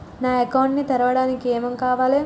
నా అకౌంట్ ని తెరవడానికి ఏం ఏం కావాలే?